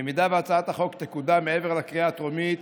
במידה שהצעת החוק תקודם מעבר לקריאה הטרומית,